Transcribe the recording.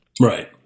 Right